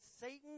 Satan